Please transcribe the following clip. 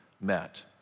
met